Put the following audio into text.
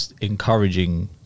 encouraging